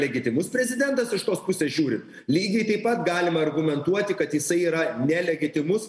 legitimus prezidentas iš tos pusės žiūrint lygiai taip pat galima argumentuoti kad jisai yra nelegitimus